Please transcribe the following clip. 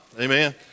Amen